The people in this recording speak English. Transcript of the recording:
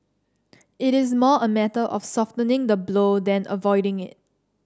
it is more a matter of softening the blow than avoiding it